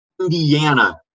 Indiana